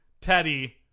Teddy